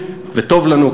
וטוב לנו,